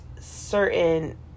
certain